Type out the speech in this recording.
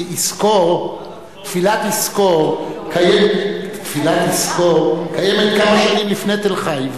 כי תפילת "יזכור" קיימת כמה שנים לפני תל-חי.